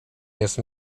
jest